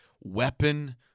weapon